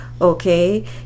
okay